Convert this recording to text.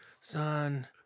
Son